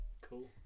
Cool